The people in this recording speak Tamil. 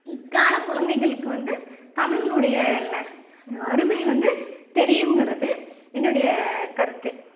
இக்காலம் குழந்தைங்களுக்கு வந்து தமிழனுடைய ன அருமை வந்து தெரியும்ங்கிறது என்னுடைய கருத்து